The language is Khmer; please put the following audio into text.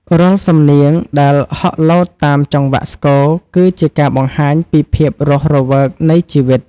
រាល់សំនៀងដែលហក់លោតតាមចង្វាក់ស្គរ គឺជាការបង្ហាញពីភាពរស់រវើកនៃជីវិត។